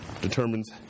determines